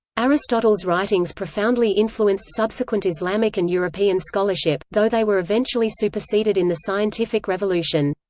aristotle's writings profoundly influenced subsequent islamic and european scholarship, though they were eventually superseded in the scientific revolution.